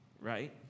Right